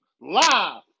live